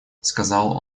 сказал